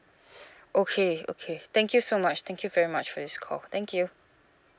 okay okay thank you so much thank you very much for this call thank you